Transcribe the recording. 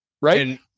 right